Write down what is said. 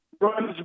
runs